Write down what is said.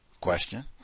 Question